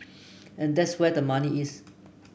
and that's where the money is